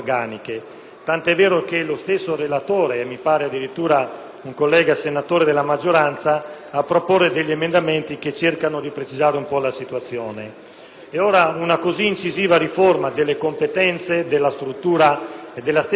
un collega senatore della maggioranza propongono emendamenti che cercano di precisare un po' la situazione. Una riforma così incisiva delle competenze, della struttura e della stessa composizione dell'organo di vertice della magistratura contabile